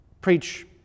preach